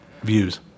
views